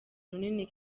runini